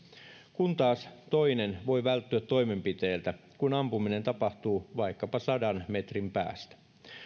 kun taas toinen voi välttyä toimenpiteiltä kun ampuminen tapahtuu vaikkapa sadan metrin päästä